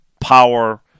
power